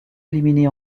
éliminée